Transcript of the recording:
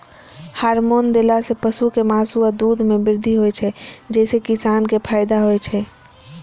hormone देला सं पशुक मासु आ दूध मे वृद्धि होइ छै, जइसे किसान कें फायदा होइ छै